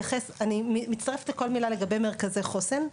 אני מצטרפת לכל מילה לגבי מרכזי חוסן.